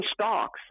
stocks